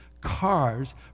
cars